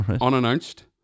unannounced